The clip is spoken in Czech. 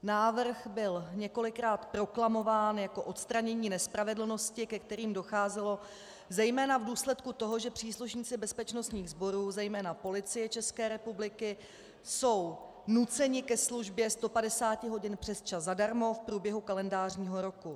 Návrh byl několikrát proklamován jako odstranění nespravedlností, ke kterým docházelo zejména v důsledku toho, že příslušníci bezpečnostních sborů, zejména Policie České republiky, jsou nuceni ke službě 150 hodin přesčas zadarmo v průběhu kalendářního roku.